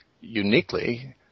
uniquely